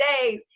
days